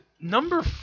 number